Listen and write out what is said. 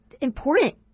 important